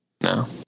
No